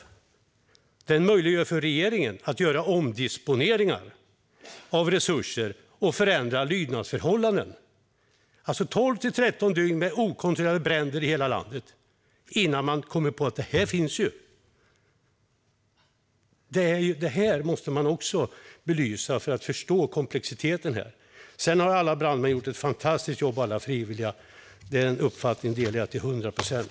Den möjliggör för regeringen att göra omdisponeringar av resurser och förändra lydnadsförhållanden. Det var tolv eller tretton dygn med okontrollerade bränder i hela landet innan regeringen kom på att denna lag faktiskt finns. Detta måste man också belysa för att förstå komplexiteten här. Sedan har alla brandmän och frivilliga gjort ett fantastiskt jobb. Den uppfattningen delar jag till hundra procent.